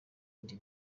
iyindi